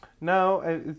No